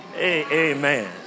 Amen